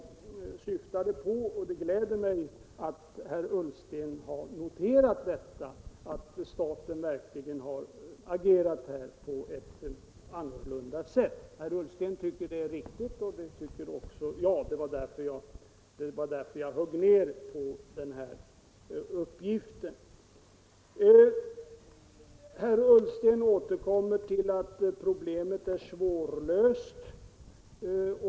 Det var det jag syftade på, och det gläder mig att herr Ullsten har noterat att staten verkligen har agerat på ett annat sätt. Herr Ullsten tycker att det är riktigt. Det tycker också jag, och det var därför jag slog ned på påståendet att staten inte handlat föredömligt. Herr Ullsten återkommer till att problemet är svårlöst.